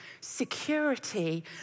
security